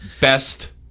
Best